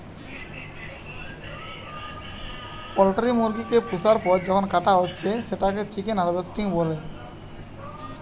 poultry মুরগি কে পুষার পর যখন কাটা হচ্ছে সেটাকে চিকেন হার্ভেস্টিং বলে